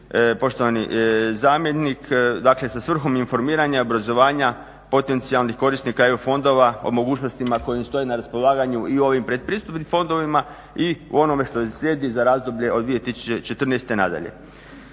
poštovani zamjenik sa svrhom informiranja i obrazovanja potencijalnih korisnika EU fondovima i mogućnostima koje im stoje na raspolaganju i o ovim pretpristupnim fondovima i ono što im slijedi za razdoblje od 2014. na dalje.